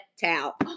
towel